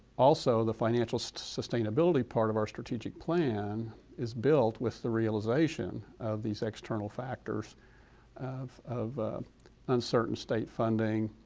also the financial stustainability part of our strategic plan is built with the realization of these external factors of of uncertain state funding,